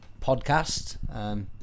podcast